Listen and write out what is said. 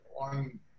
on